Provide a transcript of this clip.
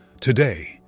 Today